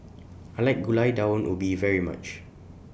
I like Gulai Daun Ubi very much